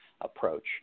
approach